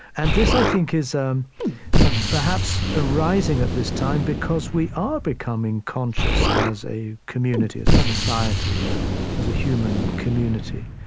and this, i think, is um perhaps arising at this time because we are becoming conscious, as a community, as a society, ah as a human community,